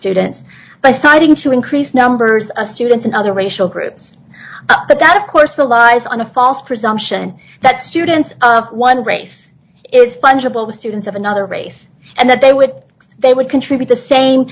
students by citing to increased numbers of students in other racial groups but that of course the law is on a false presumption that students one race is fungible with students of another race and that they would they would contribute the same